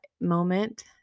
moment